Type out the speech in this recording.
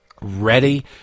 ready